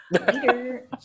Later